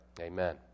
amen